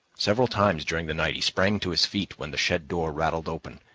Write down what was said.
several times during the night he sprang to his feet when the shed door rattled open,